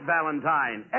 Valentine